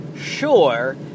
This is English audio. sure